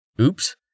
Oops